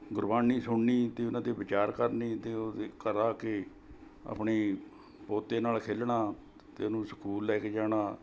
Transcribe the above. ਗੁਰਬਾਣੀ ਸੁਣਨੀ ਅਤੇ ਉਹਨਾਂ 'ਤੇ ਵਿਚਾਰ ਕਰਨੀ ਅਤੇ ਉਹਦੇ ਘਰ ਆ ਕੇ ਆਪਣੇ ਪੋਤੇ ਨਾਲ ਖੇਲਣਾ ਅਤੇ ਉਹਨੂੰ ਸਕੂਲ ਲੈ ਕੇ ਜਾਣਾ